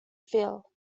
phil